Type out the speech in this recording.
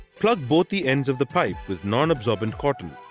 plug both the ends of the pipe with non-absorbent cotton.